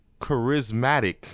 charismatic